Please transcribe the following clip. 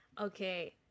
Okay